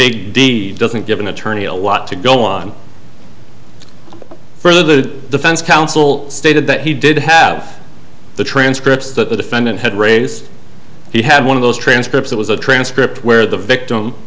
big d doesn't give an attorney a lot to no one for the defense counsel stated that he did have the transcripts that the defendant had raised he had one of those transcripts it was a transcript where the victim